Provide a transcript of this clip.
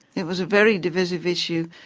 it was a very divisive issue.